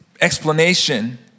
explanation